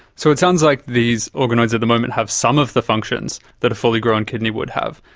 so it sounds like these organoids at the moment have some of the functions that a fully-grown kidney would have.